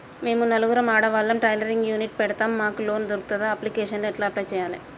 మేము నలుగురం ఆడవాళ్ళం టైలరింగ్ యూనిట్ పెడతం మాకు లోన్ దొర్కుతదా? అప్లికేషన్లను ఎట్ల అప్లయ్ చేయాలే?